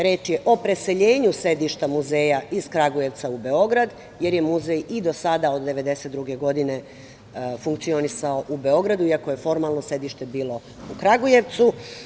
Reč je o preseljenju sedišta muzeja iz Kragujevca u Beograd, jer je muzej i do sada, od 1992. godine, funkcionisao u Beogradu, iako je formalno sedište bilo u Kragujevcu.